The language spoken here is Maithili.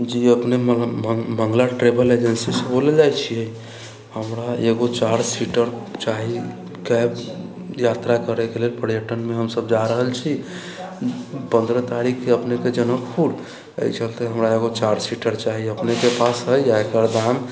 जी अपने मंगला ट्रेवल एजेन्सीसँ बोलल जाइ छियै हमरा एगो चारि सीटर चाही कैब यात्रा करैके लेल पर्यटनमे हम सभ जा रहल छी पन्द्रह तारीखके अपनेके जनकपुर एहि चलते हमरा एगो चारि सीटर चाही अपनेके पास है आ एकर दाम